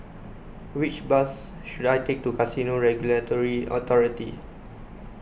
which bus should I take to Casino Regulatory Authority